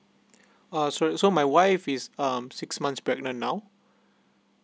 uh so so my wife is um six months pregnant now